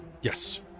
Yes